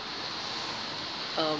um